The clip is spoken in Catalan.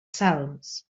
salms